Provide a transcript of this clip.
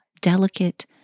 delicate